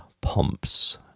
Pumps